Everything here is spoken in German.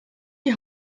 die